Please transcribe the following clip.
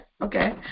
Okay